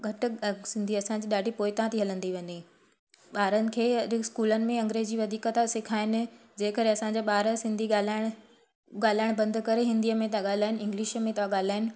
घटि सिंधी असांजी ॾाढी पोइ था थी हलंदी वञे ॿारनि खे अॼु स्कूलनि में अग्रेज़ी वधीक ता सिखाइनि जंहिं करे असांजा ॿार सिंधी ॻाल्हाइणु ॻाल्हाइणु बंदि करे हिंदीअ में त ॻाल्हाइनि इंग्लिश में त ॻाल्हाइनि